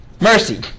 Mercy